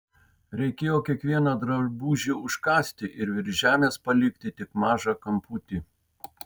reikėjo kiekvieną drabužį užkasti ir virš žemės palikti tik mažą kamputį